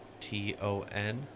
T-O-N